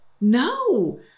no